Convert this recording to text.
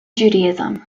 judaism